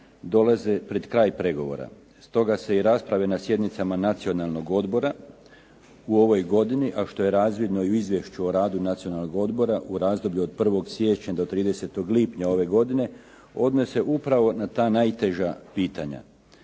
dolaze pred kraj pregovora. Stoga se i rasprave na sjednicama Nacionalnog odbora u ovoj godini, a što je i razvidno i u izvješću o radu Nacionalnog odbora u razdoblju od 1. siječnja do 30. lipnja ove godine odnose upravo na ta najteža pitanja.